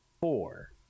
Four